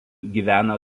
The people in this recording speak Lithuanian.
gyvena